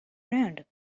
around